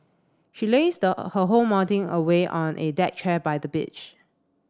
she lazed her whole morning away on a deck chair by the beach